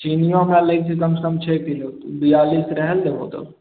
चीनियो हमरा लै के छै कमसँ कम छओ किलो बियालिस रहे लऽ दहो तब